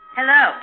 Hello